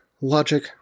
logic